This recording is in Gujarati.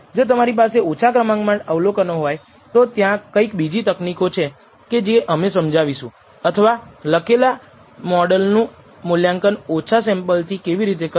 જો તમારી પાસે ઓછા ક્રમાંકમાં અવલોકનો હોય તો ત્યાં કંઈક બીજી તકનીકો છે કે જે અમે સમજાવીશું અથવા લખેલા મોડલનું મૂલ્યાંકન ઓછા સેમ્પલ થી કેવી રીતે કરવું